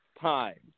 time